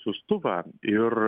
siųstuvą ir